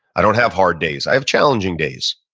i don't have hard days, i have challenging days.